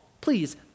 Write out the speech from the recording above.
Please